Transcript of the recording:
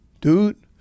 Dude